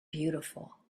beautiful